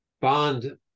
bond